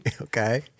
Okay